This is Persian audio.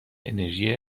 انرژی